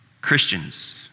Christians